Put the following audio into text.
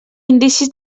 indicis